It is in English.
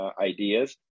ideas